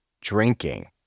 drinking